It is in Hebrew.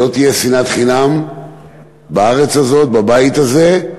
שלא תהיה שנאת חינם בארץ הזאת, בבית הזה,